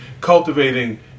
cultivating